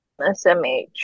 SMH